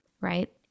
right